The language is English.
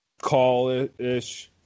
call-ish